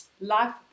life